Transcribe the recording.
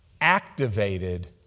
activated